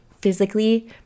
physically